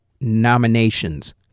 nominations